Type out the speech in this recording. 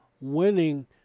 winning